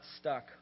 stuck